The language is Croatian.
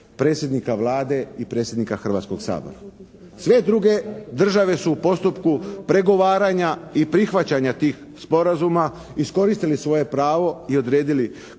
predsjednika Vlade i predsjednika Hrvatskog sabora. Sve druge države su u postupku pregovaranja i prihvaćanja tih sporazuma iskoristili svoje pravo i odredili